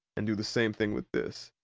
and do the same thing with this.